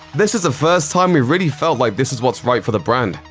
this is the first time we really felt like this is what's right for the brand.